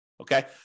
Okay